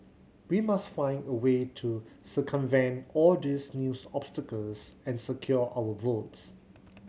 we must find a way to circumvent all these news obstacles and secure our votes